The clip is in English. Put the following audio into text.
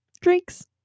drinks